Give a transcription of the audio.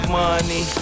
money